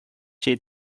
şey